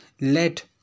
let